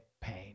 pain